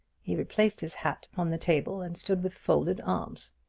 he replaced his hat upon the table and stood with folded arms.